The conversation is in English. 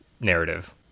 narrative